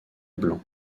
blanc